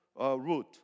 route